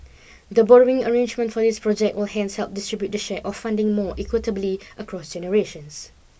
the borrowing arrangements for these project will hence help distribute the share of funding more equitably across generations